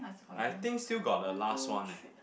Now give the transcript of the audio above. I think still got the last one eh